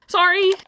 Sorry